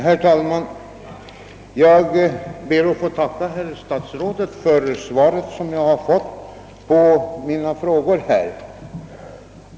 Herr talman! Jag ber att få tacka statsrådet Holmqvist för svaret på min interpellation.